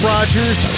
Rogers